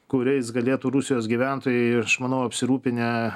kuriais galėtų rusijos gyventojai aš manau apsirūpinę